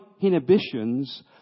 inhibitions